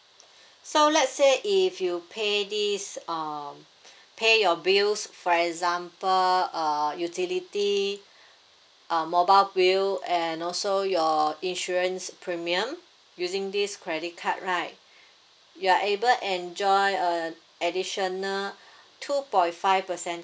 so let's say if you pay this um pay your bills for example uh utility uh mobile bill and also your insurance premium using this credit card right you are able enjoy a additional two point five percent